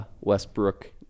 Westbrook